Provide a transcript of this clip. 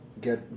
Get